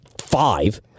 five